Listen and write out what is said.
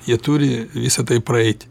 jie turi visa tai praeiti